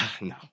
No